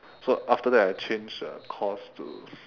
so after that I change uh course to